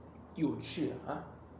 有趣 ha